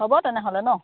হ'ব তেনেহ'লে ন